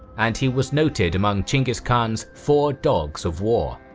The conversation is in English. and he was noted among chinggis khan's four dogs of war.